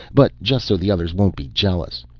but just so the others won't be jealous.